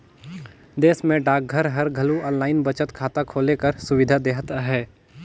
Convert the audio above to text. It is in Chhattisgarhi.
देस में डाकघर हर घलो आनलाईन बचत खाता खोले कर सुबिधा देहत अहे